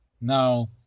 now